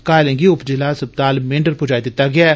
घायलें गी उप ज़िला अस्पताल मेंढ़र पुजाई दित्ता गेया ऐ